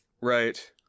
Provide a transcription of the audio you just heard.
Right